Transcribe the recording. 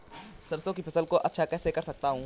सरसो की फसल को अच्छा कैसे कर सकता हूँ?